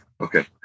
Okay